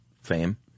fame